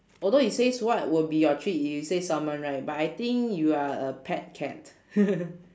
although it says what will be your treat you say salmon right but I think you are a pet cat